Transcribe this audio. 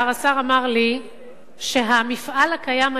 השר אמר לי שהמפעל הקיים היום,